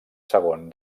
segon